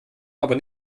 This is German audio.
aber